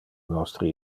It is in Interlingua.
nostre